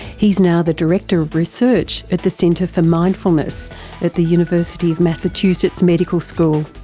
he's now the director of research at the centre for mindfulness at the university of massachusetts medical school.